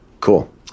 Cool